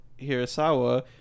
Hirasawa